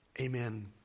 Amen